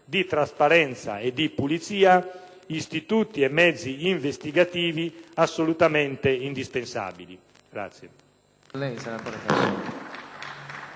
trasparenza e pulizia, istituti e mezzi investigativi assolutamente indispensabili.